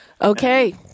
Okay